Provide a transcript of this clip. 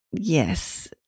Yes